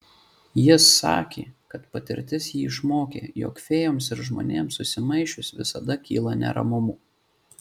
jis sakė kad patirtis jį išmokė jog fėjoms ir žmonėms susimaišius visada kyla neramumų